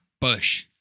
bush